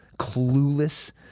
clueless